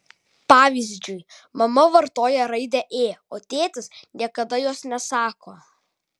pavyzdžiui mama vartoja raidę ė o tėtis niekada jos nesako